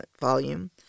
volume